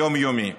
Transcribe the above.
יום-יומי.